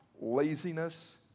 laziness